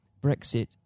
Brexit